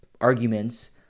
arguments